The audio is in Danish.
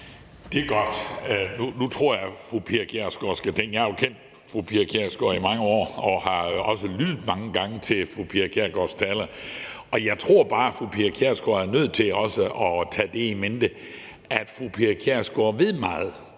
Det er godt. Nu har jeg jo kendt fru Pia Kjærsgaard i mange år og har også lyttet mange gange til fru Pia Kjærsgaards taler, og jeg tror bare, at fru Pia Kjærsgaard også er nødt til at tage det in mente, at fru Pia Kjærsgaard ved meget